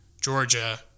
Georgia